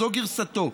זו גרסתו.